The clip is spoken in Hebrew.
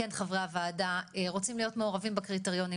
כן חברי הועדה רוצים להיות מעורבים בקריטריונים,